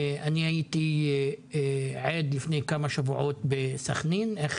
אני הייתי עד לפני כמה שבועות בסכנין, איך